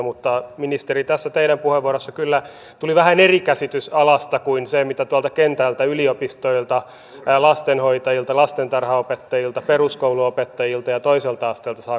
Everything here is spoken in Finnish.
mutta ministeri tästä teidän puheenvuorostanne kyllä tuli vähän eri käsitys alasta kuin se mitä tuolta kentältä yliopistoilta lastenhoitajilta lastentarhanopettajilta peruskoulunopettajilta ja toiselta asteelta saa kuulla